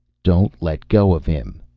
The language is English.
don't let go of him.